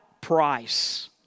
price